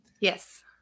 Yes